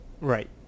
Right